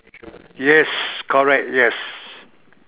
yes correct yes